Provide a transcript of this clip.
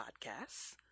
Podcasts